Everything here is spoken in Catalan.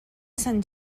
sant